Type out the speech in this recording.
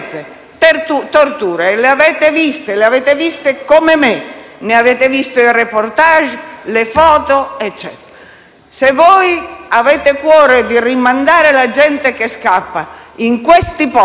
Le avete viste come me, ne avete visto i *reportage,* le foto, eccetera. Anche se avete cuore di rimandare la gente che scappa in questi posti,